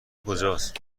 کجاست